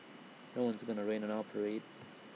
no one is gonna rain on our parade